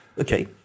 Okay